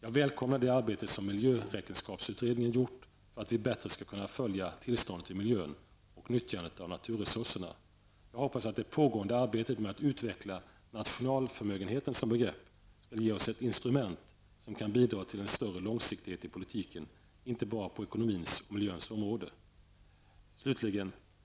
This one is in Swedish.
Jag välkomnar det arbete som miljöräkenskapsuttredningen gjort för att vi bättre skall kunna följa tillståndet i fråga om miljön och nyttjandet av naturresurserna. Jag hoppas att det pågående arbetet med att utveckla nationalförmögenheten som begrepp skall ge oss ett instrument, som kan bidra till en större långsiktighet i politiken, och då inte bara på ekonomins och miljöns områden. 3.